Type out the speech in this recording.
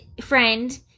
friend